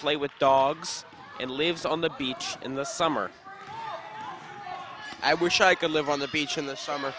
play with dogs and lives on the beach in the summer i wish i could live on the beach in the summer